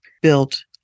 built